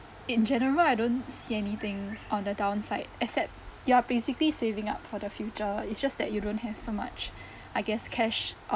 in general I don't see anything on the downside except you're basically saving up for the future it's just that you don't have so much I guess cash of